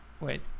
Wait